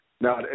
Now